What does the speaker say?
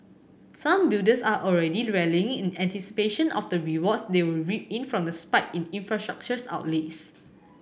some builders are already rallying in anticipation of the rewards they will reap in from the spike in infrastructure outlays